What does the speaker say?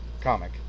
comic